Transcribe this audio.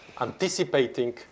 Anticipating